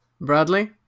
Bradley